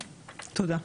תודה.